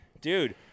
dude